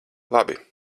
labi